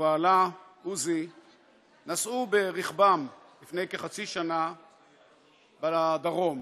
ובעלה עוזי נסעו ברכבם לפני כחצי שנה בדרום,